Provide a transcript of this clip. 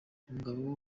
umugabo